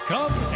Come